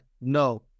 No